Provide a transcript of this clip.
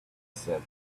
said